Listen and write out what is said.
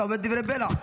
אתה אומר דברי בלע.